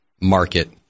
market